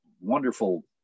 wonderful